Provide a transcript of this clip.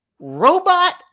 Robot